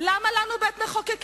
למה לנו בית-מחוקקים?